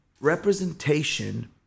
representation